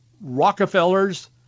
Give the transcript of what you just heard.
Rockefellers